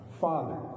Father